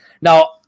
now